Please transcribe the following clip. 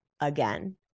again